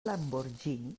lamborghini